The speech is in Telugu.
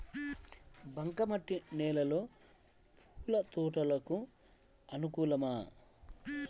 బంక మట్టి నేలలో పూల తోటలకు అనుకూలమా?